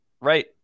right